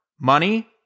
money